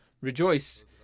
Rejoice